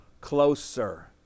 closer